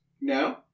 No